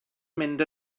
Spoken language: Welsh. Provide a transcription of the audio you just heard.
mynd